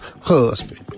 husband